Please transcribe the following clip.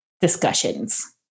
discussions